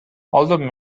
although